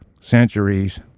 centuries